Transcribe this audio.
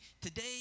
today